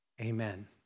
amen